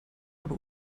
aber